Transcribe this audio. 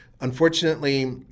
Unfortunately